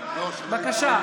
בבקשה.